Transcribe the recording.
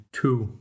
two